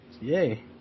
Yay